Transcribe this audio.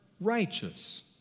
righteous